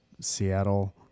Seattle